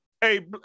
hey